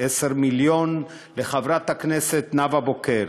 10 מיליון לחברת הכנסת נאוה בוקר.